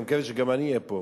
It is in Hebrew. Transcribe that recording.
אני מקווה שגם אני אהיה פה,